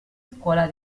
scuola